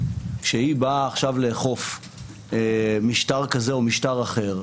כשהיא באה עכשיו לאכוף משטר כזה או משטר אחר,